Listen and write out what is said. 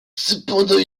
cependant